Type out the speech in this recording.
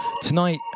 Tonight